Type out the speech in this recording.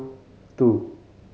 two